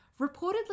Reportedly